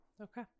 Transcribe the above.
okay